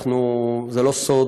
זה לא סוד,